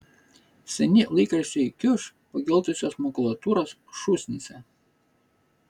seni laikraščiai kiuš pageltusios makulatūros šūsnyse